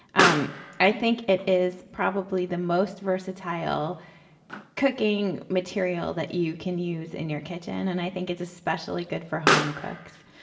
um i think it is the most versatile cooking material that you can use in your kitchen, and i think it's especially good for home cooks.